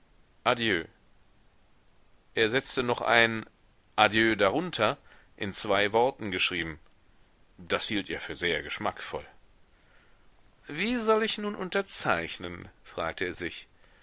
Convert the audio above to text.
adieu er setzte noch ein a dieu darunter in zwei worten geschrieben das hielt er für sehr geschmackvoll wie soll ich nun unterzeichnen fragte er sich